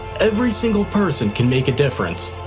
every single person can make a difference,